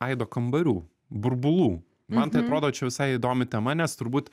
aido kambarių burbulų man tai atrodo čia visai įdomi tema nes turbūt